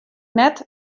net